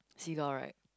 seagull right